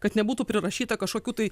kad nebūtų prirašyta kažkokių tai